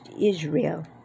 Israel